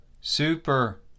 Super